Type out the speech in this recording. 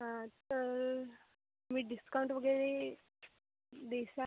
हां तर तुम्ही डिस्काऊंट वगैरे देता